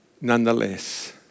nonetheless